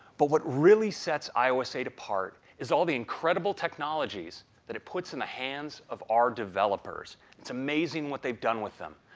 but what really sets ios eight apart is all the incredible technologies that it puts in the hands of our developers. it's amazing what they've done with them.